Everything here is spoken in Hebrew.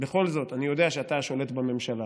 בכל זאת, אני יודע שאתה השולט בממשלה